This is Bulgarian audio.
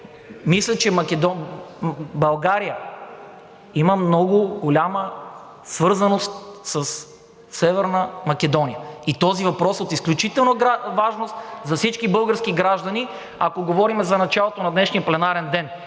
мисля, че България има много голяма свързаност със Северна Македония и този въпрос е от изключителна важност за всички български граждани, ако говорим за началото на днешния пленарен ден.